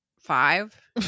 five